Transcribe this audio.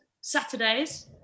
Saturdays